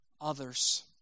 others